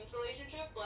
relationship